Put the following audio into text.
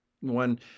One